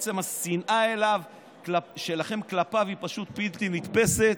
בעצם השנאה שלכם כלפיו היא פשוט בלתי נתפסת,